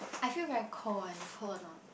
I feel very cold leh you cold a not